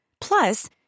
Plus